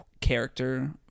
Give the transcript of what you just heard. character